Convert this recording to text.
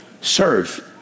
Serve